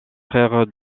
frère